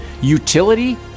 utility